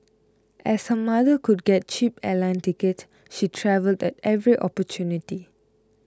as her mother could get cheap airline ticket she travelled at every opportunity